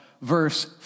verse